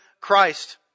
Christ